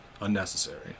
unnecessary